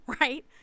right